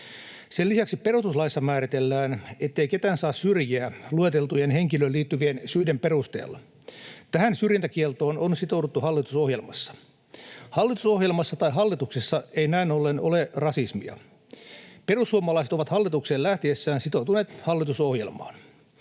Sen lisäksi perustuslaissa määritellään, ettei ketään saa syrjiä lueteltujen henkilöön liittyvien syiden perusteella. Tähän syrjintäkieltoon on sitouduttu hallitusohjelmassa. Hallitusohjelmassa tai hallituksessa ei näin ollen ole rasismia. [Mai Kivelä: Oho!] Perussuomalaiset ovat hallitukseen lähtiessään sitoutuneet hallitusohjelmaan.